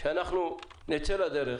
שאנחנו נצא לדרך